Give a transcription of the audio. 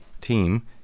team